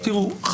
תראו,